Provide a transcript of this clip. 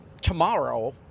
tomorrow